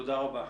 תודה רבה.